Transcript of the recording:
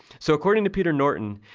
so, according to peter norton,